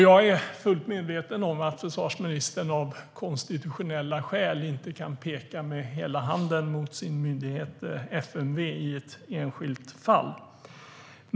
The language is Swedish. Jag är fullt medveten om att försvarsministern av konstitutionella skäl inte kan peka med hela handen mot sin myndighet FMV i ett enskilt fall.